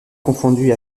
confondue